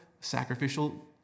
sacrificial